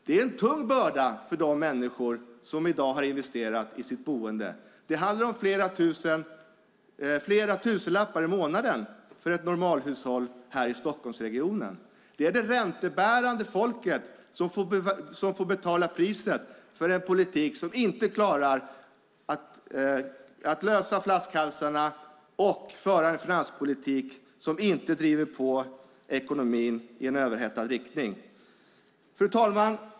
Det är en tung börda för de människor som i dag har investerat i sitt boende. Det handlar om flera tusenlappar i månaden för ett normalhushåll här i Stockholmsregionen. Det är det räntebärande folket som får betala priset för en politik som inte klarar att lösa flaskhalsarna och att vara en finanspolitik som inte driver på ekonomin i riktning mot överhettning. Fru talman!